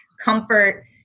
comfort